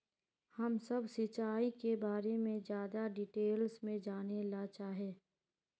हम सब सिंचाई के बारे में ज्यादा डिटेल्स में जाने ला चाहे?